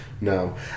No